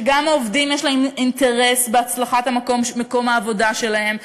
שגם העובדים יש להם אינטרס בהצלחת מקום העבודה שלהם,